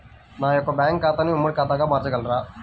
నా యొక్క బ్యాంకు ఖాతాని ఉమ్మడి ఖాతాగా మార్చగలరా?